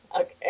Okay